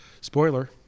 Spoiler